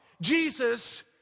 Jesus